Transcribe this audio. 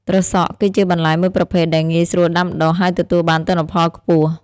ត្រសក់ គឺជាបន្លែមួយប្រភេទដែលងាយស្រួលដាំដុះ ហើយទទួលបានទិន្នផលខ្ពស់។